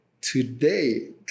today